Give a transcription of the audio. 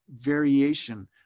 variation